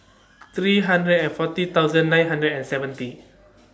three hundred and forty thousand nine hundred and seventy